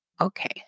Okay